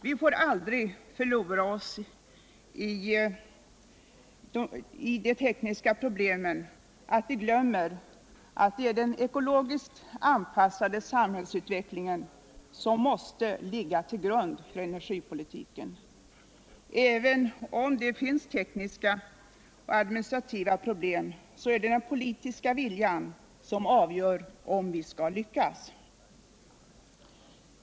Vi får aldrig förlora oss så i de tekniska problemen att vi glömmer att det är den ekologiskt anpassade samhällsutvecklingen som måste ligga tull grund för energipolitiken. Även om det finns tekniska och administrativa problem så är det den poliuska viljan som avgör om vi skall lyckas.